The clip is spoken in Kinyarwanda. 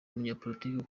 umunyapolitiki